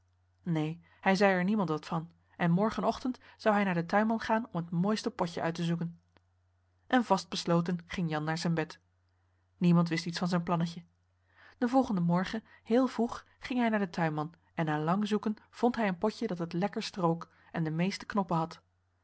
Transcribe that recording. neen hij zei er niemand wat van en morgen ochtend zou hij naar den tuinman gaan om het mooiste potje uit te zoeken henriette van noorden weet je nog wel van toen en vast besloten ging jan naar zijn bed niemand wist iets van zijn plannetje den volgenden morgen heel vroeg ging hij naar den tuinman en na lang zoeken vond hij een potje dat het lekkerst rook en de meeste knoppen had